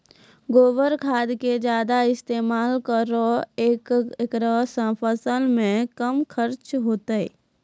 गोबर खाद के ज्यादा इस्तेमाल करौ ऐकरा से फसल मे कम खर्च होईतै?